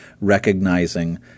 recognizing